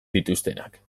dituztenak